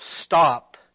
stop